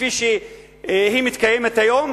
כפי שהיא מתקיימת היום,